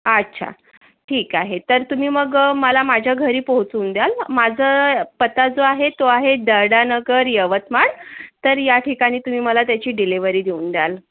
अच्छा ठीक आहे तर तुम्ही मग मला माझ्या घरी पोहचवून द्याल माझं पत्ता जो आहे तो आहे दर्डानगर यवतमाळ तर या ठिकाणी तुम्ही मला त्याची डिलेवरी देऊन द्याल